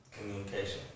communication